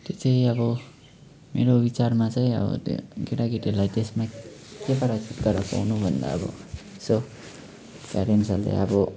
कि चाहिँ अब मेरो विचारमा चाहिँ अब त्यो केटाकेटीहरूलाई त्यसमा के पाराले भन्दा अब यसो प्यारेन्ट्सहरूले अब